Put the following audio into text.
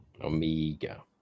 Omega